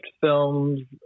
films